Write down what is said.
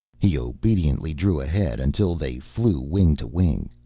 he obediently drew ahead until they flew wing to wing.